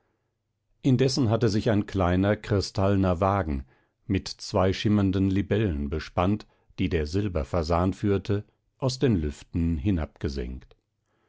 indessen hatte sich ein kleiner kristallner wagen mit zwei schimmernden libellen bespannt die der silberfasan führte aus den lüften